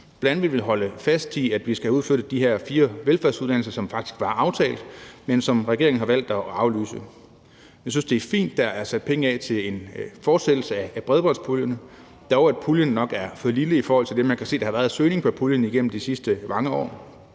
Vi vil bl.a. holde fast i, at vi skal have udflyttet de her fire velfærdsuddannelser, som faktisk var aftalt, men som regeringen har valgt at aflyse. Jeg synes, det er fint, at der er sat penge af til en fortsættelse af bredbåndspuljerne, dog er puljen nok for lille i forhold til det, man kan se der har været af søgning på puljen igennem de sidste mange år,